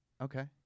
Okay